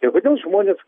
ir kodėl žmonės